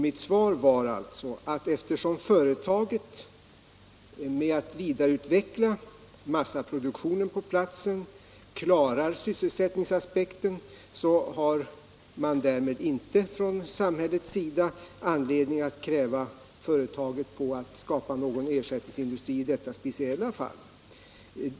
Mitt svar var att samhället, eftersom företaget är i färd med att vidareutveckla massaproduktionen på platsen, inte har anledning att av företaget kräva någon ersättningsindustri i detta speciella fall.